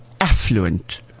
affluent